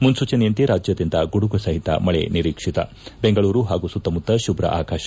ಮುನ್ನೂಚನೆಯಂತೆ ರಾಜ್ಯಾದ್ಯಂತ ಗುಡುಗು ಸಹಿತ ಮಳೆ ನಿರೀಕ್ಷಿತಬೆಂಗಳೂರು ಪಾಗೂ ಸುತ್ತಮುತ್ತ ಶುಭ್ರ ಆಕಾಶ